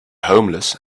homeless